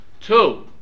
Two